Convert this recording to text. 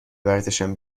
ورزشم